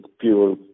pure